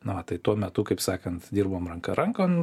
na va tai tuo metu kaip sakant dirbom ranka rankon